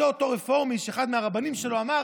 זה אותו רפורמי שאחד מהרבנים שלו אמר